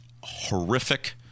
horrific